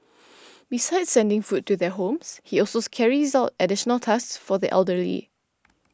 besides sending food to their homes he also carries out additional tasks for the elderly